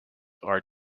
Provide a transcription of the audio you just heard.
are